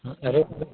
अरे अरे